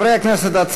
חברי הכנסת,